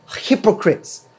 hypocrites